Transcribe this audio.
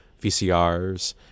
VCRs